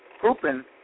pooping